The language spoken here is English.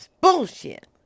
Bullshit